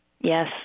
Yes